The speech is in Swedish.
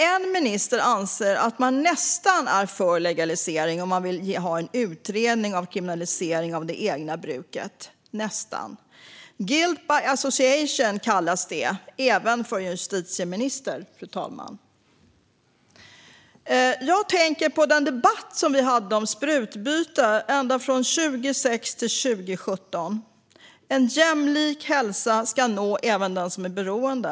En minister anser att man nästan är för legalisering om man vill ha en utredning av kriminalisering av eget bruk. Guilt by association, kallas det, fru talman - även för en justitieminister. Jag tänker på den debatt om sprututbyte vi hade ända från 2006 fram till 2017. Parollen var att en jämlik hälsa ska nå även den som är beroende.